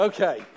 Okay